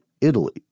Italy